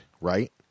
Right